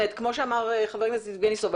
כמו שאמר חבר הכנסת יבגני סובה,